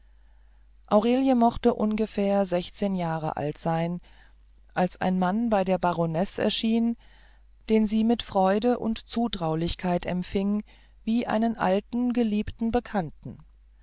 aurelie mochte ungefähr sechzehn jahre alt sein als ein mann bei der baronesse erschien den sie mit freude und zutraulichkeit empfing wie einen alten geliebten bekannten